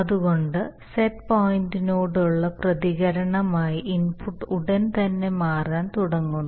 അതിനാൽ സെറ്റ് പോയിന്റിനോടുള്ള പ്രതികരണമായി ഇൻപുട്ട് ഉടൻ തന്നെ മാറാൻ തുടങ്ങുന്നു